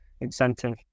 incentive